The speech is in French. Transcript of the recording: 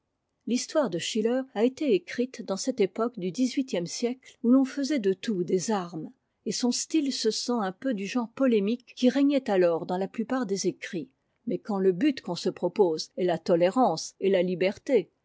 l'histoire de schiller a été écrite dans cette époque du dix-huitième siècle où l'on faisait de tout des armes et son style se sent un peu du genre polémique qui régnait alors dans la plupart des écrits mais quand le but qu'on se propose est a totérance et la liberté